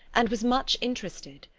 and was much interested.